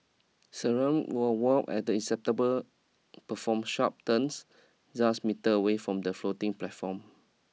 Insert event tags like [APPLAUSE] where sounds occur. Siren will wail as the [UNINTELLIGIBLE] perform sharp turns [UNINTELLIGIBLE] metre away from the floating platform